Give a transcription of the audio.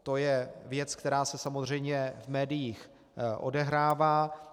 To je věc, která se samozřejmě v médiích odehrává.